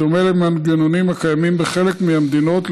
בדומה למנגנונים הקיימים בחלק מהמדינות,